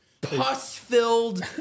pus-filled